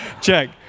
check